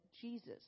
Jesus